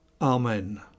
Amen